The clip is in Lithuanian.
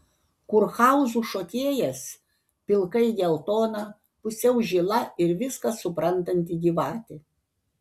kurhauzų šokėjas pilkai geltona pusiau žila ir viską suprantanti gyvatė